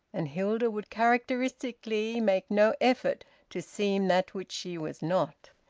and hilda would characteristically make no effort to seem that which she was not.